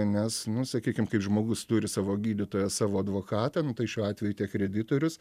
nes nu sakykim kaip žmogus turi savo gydytoją savo advokatą nu tai šiuo atveju tiek kreditorius